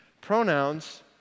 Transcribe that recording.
Pronouns